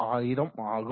41000 ஆகும்